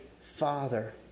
Father